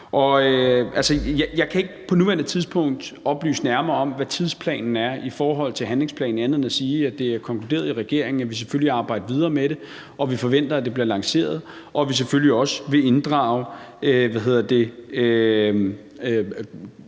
tidspunkt oplyse nærmere om, hvad tidsplanen i forhold til handlingsplanen er, andet end at sige, at det er konkluderet i regeringen, at vi selvfølgelig arbejder videre med det, og at vi forventer, at det bliver lanceret, og at vi gerne vil inddrage så brede dele